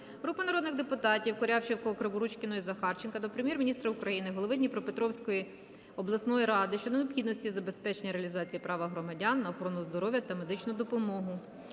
Групи народних депутатів (Корявченкова, Криворучкіної, Захарченка) до Прем'єр-міністра України, голови Дніпропетровської обласної ради щодо необхідності забезпечення реалізації права громадян на охорону здоров'я та медичну допомогу.